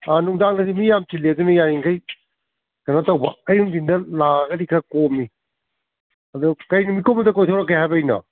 ꯑꯥ ꯅꯨꯡꯗꯥꯡꯗꯗꯤ ꯃꯤ ꯌꯥꯝ ꯆꯤꯟꯂꯤ ꯑꯗꯨꯅ ꯌꯥꯔꯤꯃꯈꯩ ꯀꯩꯅꯣ ꯇꯧꯕ ꯑꯌꯨꯝ ꯅꯨꯡꯊꯤꯟꯗ ꯂꯥꯛꯑꯒꯗꯤ ꯈꯔ ꯀꯣꯝꯃꯤ ꯑꯗꯣ ꯀꯔꯤ ꯅꯨꯃꯤꯠꯀꯨꯝꯕꯗ ꯀꯣꯏꯊꯣꯔꯛꯀꯦ ꯍꯥꯏꯕꯒꯤꯅꯣ